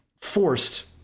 forced